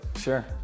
Sure